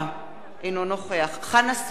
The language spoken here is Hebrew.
אינה נוכחת סעיד נפאע, אינו נוכח חנא סוייד,